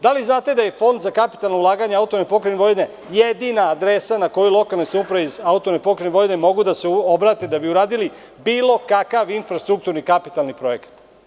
Da li znate da je Fond za kapitalna ulaganja AP Vojvodine jedina adresa na koju lokalne samouprave iz AP Vojvodine mogu da se obrate da bi uradili bilo kakav infrastrukturni kapitalni projekat?